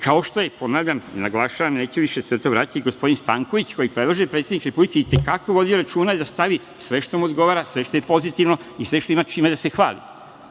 ime. Kao što je, ponavljam, naglašavam, neću se više na to vraćati, gospodin Stanković, kojeg predlaže predsednik Republike, i te kako vodio računa da stavi sve što mu odgovara, sve što je pozitivno i sve čime ima da se hvali. Voleo